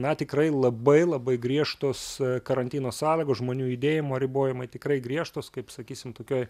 na tikrai labai labai griežtos karantino sąlygos žmonių judėjimo ribojimai tikrai griežtos kaip sakysim tokioj